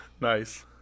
nice